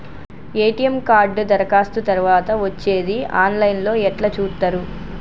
ATM card దరఖాస్తు తరువాత వచ్చేది ఆన్ లైన్ లో ఎట్ల చూత్తరు?